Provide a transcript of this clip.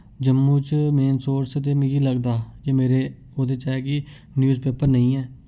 जम्मू च main source ते मिकी लगदा कि मेरे ओह्दे च ऐ कि न्यूजपेपर नेईं ऐ